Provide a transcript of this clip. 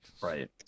Right